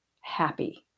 happy